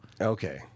Okay